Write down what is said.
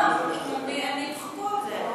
לא, הם ימחקו את זה.